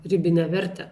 ribinę vertę